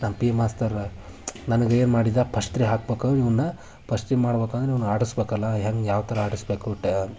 ನಮ್ಮ P E master ನನಗೇನು ಮಾಡಿದ ಪಸ್ಟ್ ತ್ರಿ ಹಾಕ್ಬಕು ಇವನ್ನ ಪಸ್ಟ್ ತ್ರಿ ಮಾಡ್ಬೆಕಂದ್ರೆ ಇವ್ನ ಆಡಿಸ್ಬೇಕಲ್ಲ ಹೆಂಗೆ ಯಾವ ಥರ ಆಡಿಸ್ಬೇಕು ಟೆ